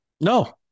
No